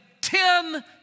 ten